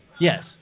Yes